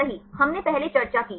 सही हमने पहले चर्चा की